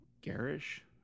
garish